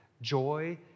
joy